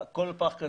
זה נראה ככה,